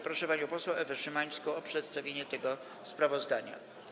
Proszę panią poseł Ewę Szymańską o przedstawienie tego sprawozdania.